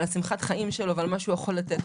על שמחת החיים שלו ומה שהוא יכול לתת.